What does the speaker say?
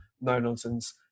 no-nonsense